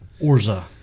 Orza